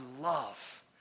love